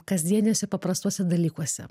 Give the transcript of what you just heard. kasdieniuose paprastuose dalykuose